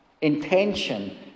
Intention